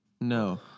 No